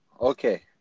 Okay